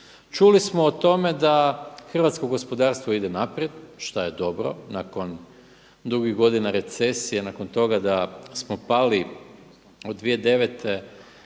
Čuli smo o tome da hrvatsko gospodarstvo ide naprijed, šta je dobro, nakon dugih godina recesije, nakon toga da smo pali od 2009.,